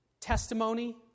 Testimony